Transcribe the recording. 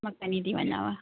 मां खणी थी वञांव